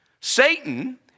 Satan